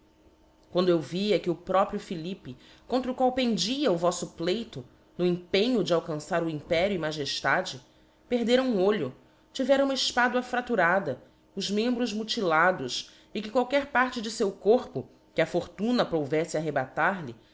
quando eu via que o próprio philippe contra o qual pendia o voílb pleito no empenho de alcançar o império e majeftade perdera um olho tivera uma efpadua frafturada os membros mutilados e que qualquer parte de feu corpo que á fortuna aprouveffe arrebatar-lhe